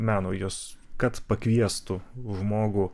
meno jos kad pakviestų žmogų